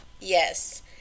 Yes